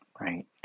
right